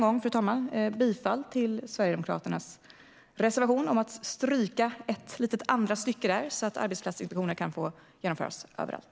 Jag yrkar alltså bifall till Sverigedemokraternas reservation om att stryka ett litet andra stycke så att arbetsplatsinspektioner kan få genomföras överallt.